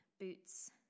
Boots